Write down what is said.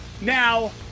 Now